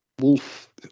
wolf